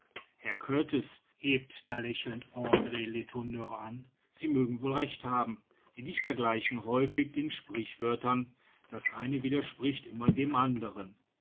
herr kurtis hebt da lächelnd andr letourneur an sie mögen wohl recht haben die dichter gleichen häufig den sprichwörtern das eine widerspricht immer dem anderen